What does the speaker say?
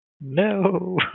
No